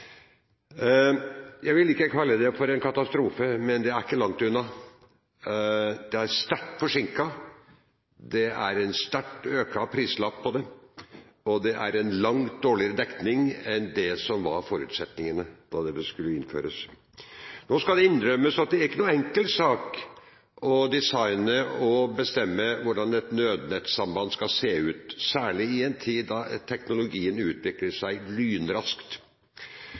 Jeg vil ikke kalle det for en katastrofe, men det er ikke langt unna. Det er sterkt forsinket, det er en sterkt økt prislapp på det, og det er en langt dårligere dekning enn det som var forutsetningene da det skulle innføres. Nå skal det innrømmes at det er ikke noen enkel sak å designe og bestemme hvordan et nødnettsamband skal se ut, særlig i en tid da teknologien utvikler seg lynraskt.